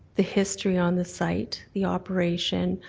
the history on the site, the operation,